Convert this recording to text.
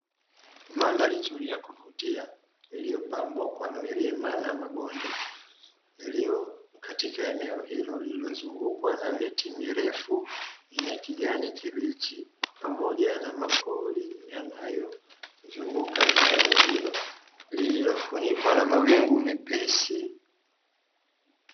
Mandhari nzuri ya kuvutia iliyopambwa kwa milima na mabonde. Iliyo katika eneo hilo lililozungukwa na miti mirefu yenye kijani kibichi, pamoja na mapori, yanayozuguka eneo hilo, lililofunikwa na mawingu mepesi.